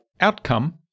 outcome